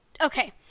okay